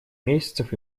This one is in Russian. месяцев